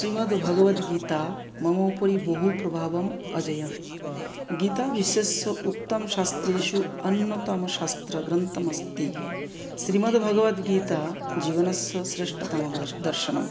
श्रीमद्भगवद्गीता मम उपरि बहु प्रभावम् अजयन् गीता विश्वस्य उत्तमशास्त्रेषु अन्यतमं शास्त्रग्रन्थम् अस्ति श्रीमद्भगवद्गीता जीवनस्य श्रेष्ठतम दर्शनम्